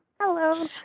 Hello